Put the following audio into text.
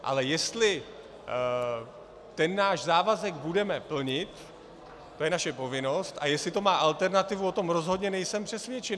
Ale jestli náš závazek budeme plnit, to je naše povinnost, a jestli to má alternativu, o tom rozhodně nejsem přesvědčen.